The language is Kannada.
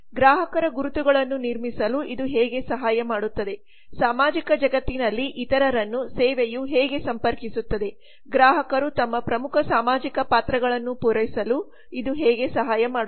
ಗ್ರಾಹಕರ ಗುರುತುಗಳನ್ನು ನಿರ್ಮಿಸಲು ಇದು ಹೇಗೆ ಸಹಾಯ ಮಾಡುತ್ತದೆ ಸಾಮಾಜಿಕ ಜಗತ್ತಿನಲ್ಲಿ ಇತರರನ್ನು ಸೇವೆಯು ಹೇಗೆ ಸಂಪರ್ಕಿಸುತ್ತದೆ ಗ್ರಾಹಕರು ತಮ್ಮ ಪ್ರಮುಖ ಸಾಮಾಜಿಕ ಪಾತ್ರಗಳನ್ನು ಪೂರೈಸಲು ಇದು ಹೇಗೆ ಸಹಾಯ ಮಾಡುತ್ತದೆ